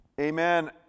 amen